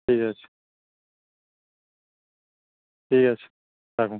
ঠিক আছে ঠিক আছে রাখুন